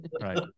Right